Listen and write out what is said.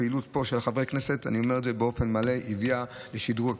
הפעילות פה של חברי הכנסת שהביאה לשדרוג הכביש,